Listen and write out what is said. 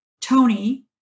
Tony